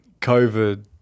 COVID